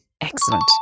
excellent